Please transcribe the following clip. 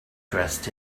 dressed